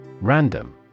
Random